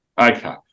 Okay